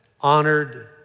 honored